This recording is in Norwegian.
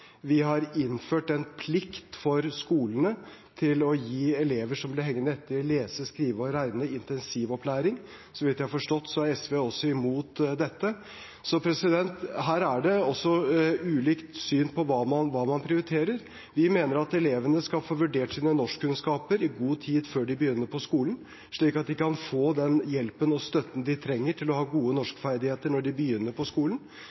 Vi har innført en plikt for skolene til å gi elever som blir hengende etter i lesing, skriving og regning, intensivopplæring. Så vidt jeg har forstått, er SV også imot dette. Her er det ulikt syn på hva man prioriterer. Vi mener at elevene skal få vurdert sine norskkunnskaper i god tid før de begynner på skolen, slik at de kan få den hjelpen og støtten de trenger for å ha gode norskferdigheter når de begynner på skolen.